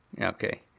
Okay